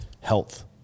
health